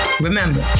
Remember